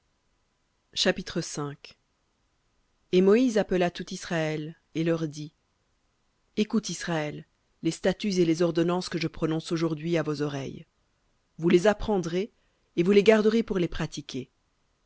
chapitre et moïse appela tout israël et leur dit écoute israël les statuts et les ordonnances que je prononce aujourd'hui à vos oreilles vous les apprendrez et vous les garderez pour les pratiquer